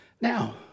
Now